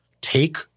Take